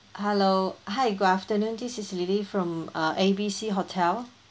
hello hi good afternoon this is lily from uh A B C hotel